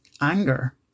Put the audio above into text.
Anger